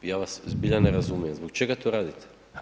Ja vas zbilja ne razumijem, zbog čega to radite?